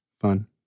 Fun